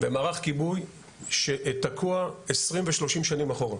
ומערך כיבוי שתקוע עשרים ושלושים שנים אחורה.